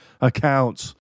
accounts